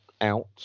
out